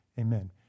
amen